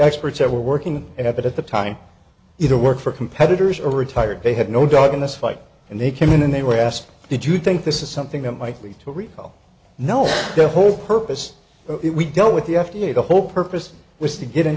experts that were working at it at the time either work for competitors or retired they had no dog in this fight and they came in and they were asked did you think this is something that might lead to a recall no the whole purpose of it we dealt with the f d a the whole purpose was to get an